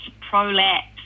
prolapse